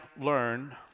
learn